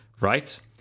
right